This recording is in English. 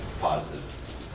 positive